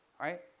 right